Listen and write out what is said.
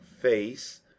face